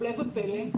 הפלא ופלא,